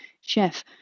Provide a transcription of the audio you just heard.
chef